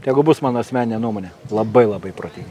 tegu bus mano asmeninė nuomonė labai labai protingi